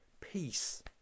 peace